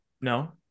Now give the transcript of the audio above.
No